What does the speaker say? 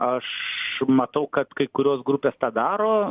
aš matau kad kai kurios grupės tą daro